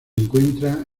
encuentra